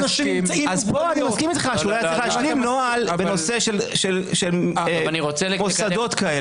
אז פה אני מסכים איתך שאולי היה צריך שיהיה נוהל בנושא של מוסדות כאלה.